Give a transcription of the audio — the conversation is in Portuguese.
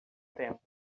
tempo